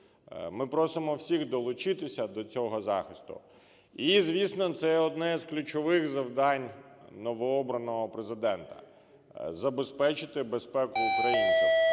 ми просимо всіх долучитися до цього захисту. І звісно, це одне з ключових завдань новообраного Президента – забезпечити безпеку українців,